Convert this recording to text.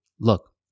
look